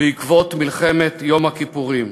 בעקבות מלחמת יום הכיפורים.